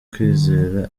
kwizera